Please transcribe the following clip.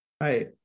Hi